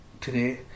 today